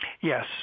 Yes